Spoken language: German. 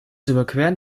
überqueren